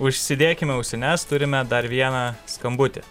užsidėkime ausines turime dar vieną skambutį